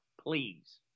please